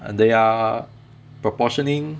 they are proportioning